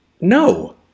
no